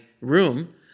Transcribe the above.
room